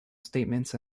statements